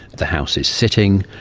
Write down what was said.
the house is sitting.